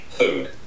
Food